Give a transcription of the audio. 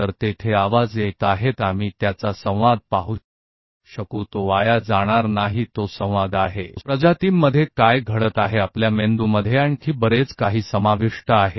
यदि आप जंगल में जाते हैं तो हम इसके संचार की बर्बादी नहीं पाएंगे जो कि प्रजातियों के बीच हो रहा है जिसमें हमारे मस्तिष्क के अलावा और बहुत कुछ भी शामिल है